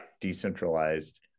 decentralized